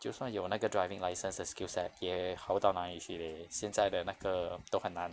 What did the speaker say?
就算有那个 driving licences 的 skill set 也好不到哪里去 leh 现在的那个都很难